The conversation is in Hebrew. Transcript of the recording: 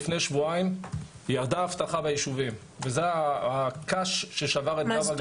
לפני שבועיים ירדה האבטחה ביישובים וזה הקש ששבר את גב הגמל.